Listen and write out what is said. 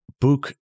book